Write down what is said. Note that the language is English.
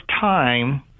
time